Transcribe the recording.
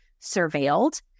surveilled